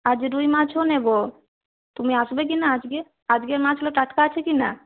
আজ রুই মাছও নেবো তুমি আসবে কি না আজকে আজকের মাছগুলো টাটকা আছে কি না